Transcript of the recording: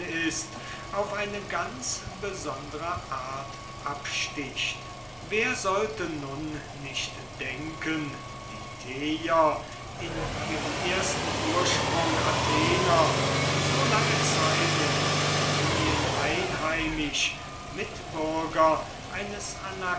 ist auf eine ganz besondere art absticht wer sollte nun nicht denken die tejer in ihrem ersten ursprung athenienser so lange zeit in ionien einheimisch mitbürger eines